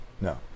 No